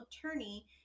attorney